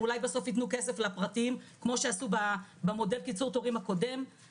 ואולי בסוף ייתנו כסף לפרטיים כמו שעשו במודל קיצור התורים הקודם,